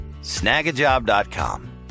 snagajob.com